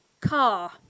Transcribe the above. car